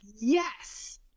yes